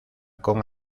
con